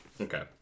Okay